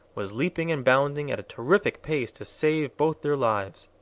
was leaping and bounding at a terrific pace to save both their lives!